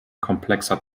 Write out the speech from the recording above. komplexer